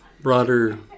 broader